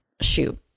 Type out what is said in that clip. shoot